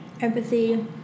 empathy